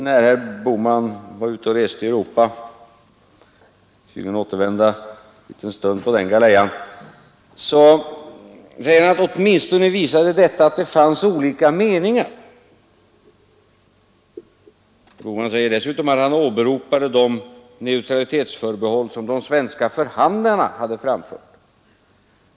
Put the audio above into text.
När herr Bohman var ute och reste i Europa — jag vill återvända en liten stund till den galejan — visade det sig, sade han, att det fanns olika meningar. Herr Bohman sade dessutom att han åberopade de neutralitetsförbehåll som de svenska förhandlarna hade framfört.